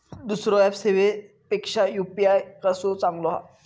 दुसरो ऍप सेवेपेक्षा यू.पी.आय कसो चांगलो हा?